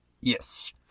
Yes